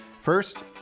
First